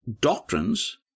doctrines